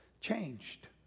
changed